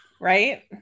Right